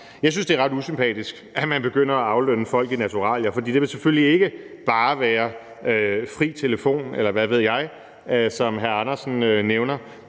Jeg synes, det er ret usympatisk, at man begynder at aflønne folk i naturalier, for det vil selvfølgelig ikke bare være fri telefon, eller hvad ved jeg, som hr. Hans Andersen nævner.